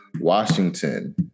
Washington